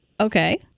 Okay